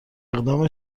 اقدام